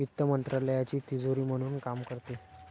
वित्त मंत्रालयाची तिजोरी म्हणून काम करते